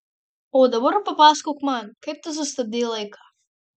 o dabar papasakok man kaip tu sustabdei laiką